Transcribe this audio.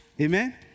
Amen